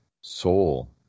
soul